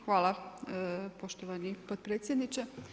Hvala poštovani potpredsjedniče.